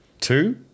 two